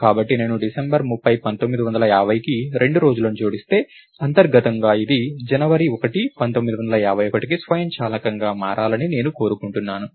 కాబట్టి నేను డిసెంబర్ 30 1950కి 2 రోజులను జోడిస్తే అంతర్గతంగా ఇది జనవరి 1 1951కి స్వయంచాలకంగా మారాలని నేను కోరుకుంటున్నాను